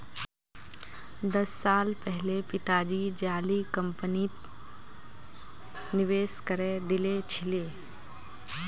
दस साल पहले पिताजी जाली कंपनीत निवेश करे दिल छिले